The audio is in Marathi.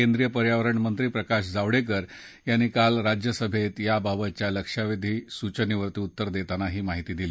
केंद्रिय पर्यावरण मंत्री प्रकाश जावडेकर यांनी काल राज्यसभेत याबाबतच्या लक्षवेधी सूचनेवर उत्तर देताना ही माहिती दिली